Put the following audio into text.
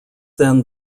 then